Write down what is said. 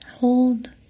Hold